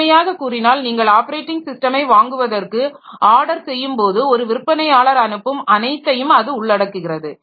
எளிமையாக கூறினால் நீங்கள் ஆப்பரேட்டிங் ஸிஸ்டமை வாங்குவதற்கு ஆர்டர் செய்யும் போது ஒரு விற்பனையாளர் அனுப்பும் அனைத்தையும் அது உள்ளடக்குகிறது